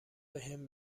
بهم